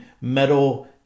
metal